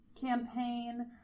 campaign